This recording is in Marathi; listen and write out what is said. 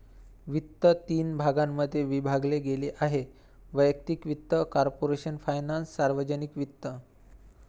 वित्त तीन भागांमध्ये विभागले गेले आहेः वैयक्तिक वित्त, कॉर्पोरेशन फायनान्स, सार्वजनिक वित्त